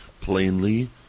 plainly